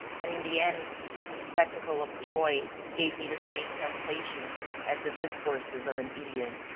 and in the end the spectacle of joy gave me the same sensations as the discourses of an idiot.